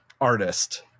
artist